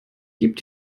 gibt